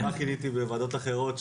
נורא קינאתי בוועדות אחרות,